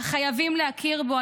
חייבים להכיר בו.